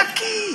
נקי,